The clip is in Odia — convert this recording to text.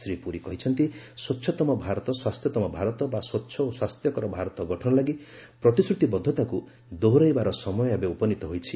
ଶ୍ରୀ ପୁରୀ କହିଛନ୍ତି ସ୍ୱଚ୍ଛତମ ଭାରତ ସ୍ୱାସ୍ଥ୍ୟତମ ଭାରତ ବା ସ୍ୱଚ୍ଛ ଓ ସ୍ୱାସ୍ଥ୍ୟକର ଭାରତ ଗଠନ ଲାଗି ପ୍ରତିଶ୍ରତିବଦ୍ଧତାକୁ ଦୋହରାଇବାର ସମୟ ଏବେ ଉପନୀତ ହୋଇଛି